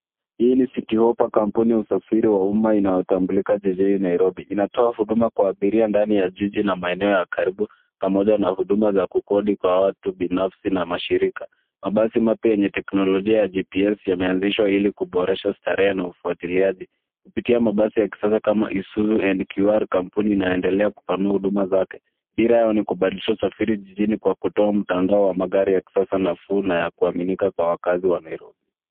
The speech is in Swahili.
Hii ni City Hoppa, kampuni ya usafiri wa umma inayotambulika jijini Nairobi. Inatoa huduma kwa abiria ndani ya jiji na maeneo ya karibu pamoja na huduma za kukodi kwa watu binafsi na mashirika. Mabasi mapya yenye teknologia ya GPS yameanzishwa ili kuboresha starehe na ufuatiliaji kupitia mabasi ya kisasa kama Isuzu NQR, kampuni inayoendelea kupanua huduma zake. Dira yao ni kubadilisha usafiri jijini kwa kutoa mtandao wa magari ya kisasa, nafuu, na ya kuaminika kwa wakazi wa Nairobi.